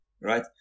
right